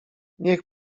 niech